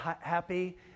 happy